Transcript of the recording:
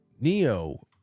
neo